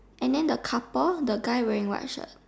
and then the couple the guy wearing white shirt